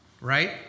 right